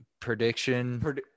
prediction